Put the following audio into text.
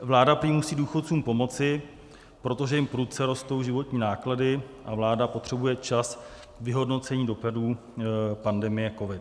Vláda prý musí důchodcům pomoci, protože jim prudce rostou životní náklady a vláda potřebuje čas na vyhodnocení dopadů pandemie COVID.